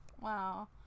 Wow